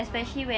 ya